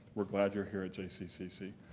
we're glad you're here at jccc.